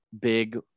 big